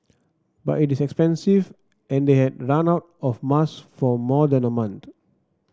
but it is expensive and they had run out of mask for more than a month